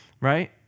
Right